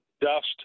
dust